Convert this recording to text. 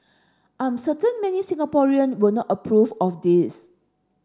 I am certain many Singaporean will not approve of this